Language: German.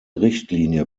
richtlinie